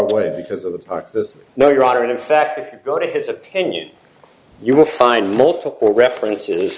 the way because of the parts this no your honor and in fact if you go to his opinion you will find multiple references